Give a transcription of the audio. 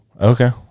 Okay